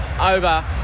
over